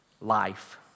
life